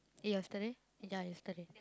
eh yesterday ya yesterday